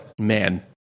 Man